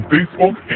Facebook